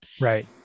Right